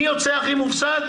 מי יוצא הכי מופסד?